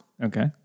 Okay